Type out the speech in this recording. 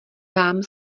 vám